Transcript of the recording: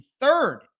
third